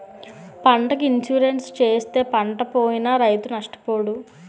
పంటకి ఇన్సూరెన్సు చేయిస్తే పంటపోయినా రైతు నష్టపోడు